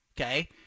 okay